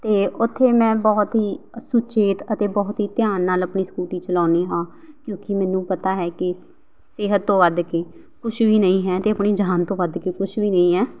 ਅਤੇ ਉੱਥੇ ਮੈਂ ਬਹੁਤ ਹੀ ਸੁਚੇਤ ਅਤੇ ਬਹੁਤ ਹੀ ਧਿਆਨ ਨਾਲ ਆਪਣੀ ਸਕੂਟੀ ਚਲਾਉਂਦੀ ਹਾਂ ਕਿਉਂਕਿ ਮੈਨੂੰ ਪਤਾ ਹੈ ਕਿ ਸਿ ਸਿਹਤ ਤੋਂ ਵੱਧ ਕੇ ਕੁਛ ਵੀ ਨਹੀਂ ਹੈ ਅਤੇ ਆਪਣੀ ਜਾਨ ਤੋਂ ਵੱਧ ਕੇ ਕੁਛ ਵੀ ਨਹੀਂ ਹੈ